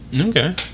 okay